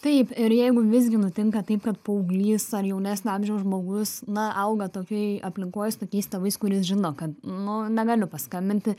taip ir jeigu visgi nutinka taip kad paauglys ar jaunesnio amžiaus žmogus na auga tokioj aplinkoj su tokiais tėvais kuris žino kad nu negaliu paskambinti